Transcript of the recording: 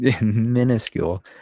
minuscule